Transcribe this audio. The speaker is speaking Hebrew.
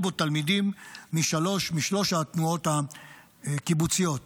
בו תלמידים משלוש התנועות הקיבוציות.